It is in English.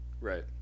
Right